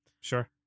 sure